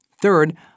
Third